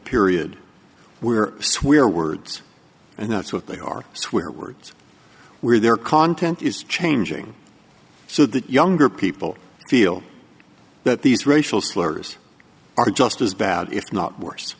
period where swear words and that's what they are swear words where their content is changing so that younger people feel that these racial slurs are just as bad if not worse